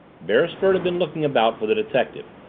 beresford had been looking about for the detective,